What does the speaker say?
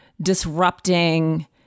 disrupting